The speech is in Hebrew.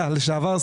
היה, לשעבר.